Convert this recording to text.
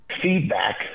feedback